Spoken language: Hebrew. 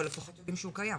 אבל לפחות יודעים שהוא קיים.